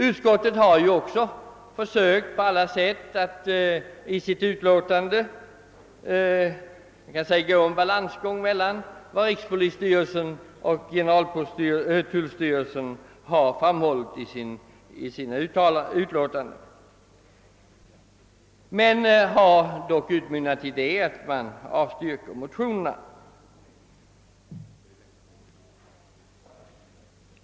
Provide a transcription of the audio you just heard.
Utskottet har i sitt utlåtande försökt på olika sätt gå en balansgång mellan vad rikspolisstyrelsen och generaltullstyrelsen har framhållit i sina yttranden. Utlåtandet utmynnar dock i att utskottet avstyrker motionerna.